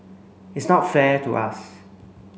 it's not fair to us